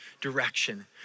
direction